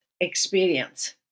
experience